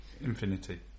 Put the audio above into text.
Infinity